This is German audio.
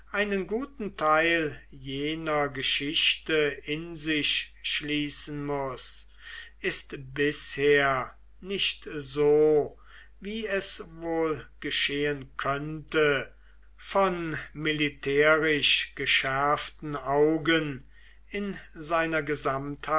einen guten teil jener geschichte in sich schließen muß ist bisher nicht so wie es wohl geschehen könnte von militärisch geschärften augen in seiner